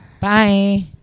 Bye